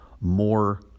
more